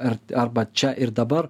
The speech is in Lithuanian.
ar arba čia ir dabar